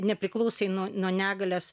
nepriklausai nuo nuo negalios